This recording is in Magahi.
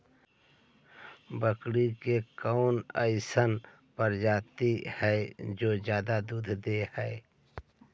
बकरी के कौन अइसन प्रजाति हई जो ज्यादा दूध दे हई?